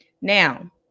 Now